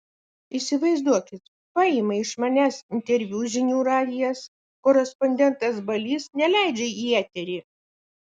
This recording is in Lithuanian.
įsivaizduokit paima iš manęs interviu žinių radijas korespondentas balys neleidžia į eterį